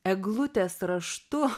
eglutės raštu